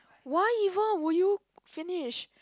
why even would you finish